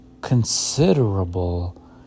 considerable